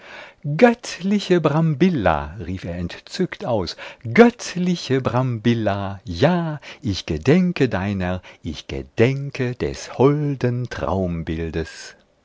göttliche brambilla rief er entzückt aus göttliche brambilla ja ich gedenke deiner ich gedenke des holden